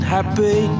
Happy